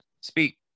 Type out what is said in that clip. Speak